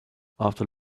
after